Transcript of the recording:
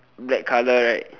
black colour right